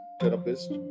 therapist